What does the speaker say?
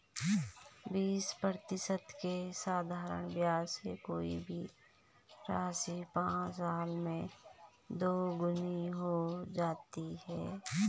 बीस प्रतिशत के साधारण ब्याज से कोई भी राशि पाँच साल में दोगुनी हो जाती है